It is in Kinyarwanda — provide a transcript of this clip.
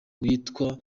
witwa